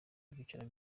ibyicaro